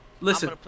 listen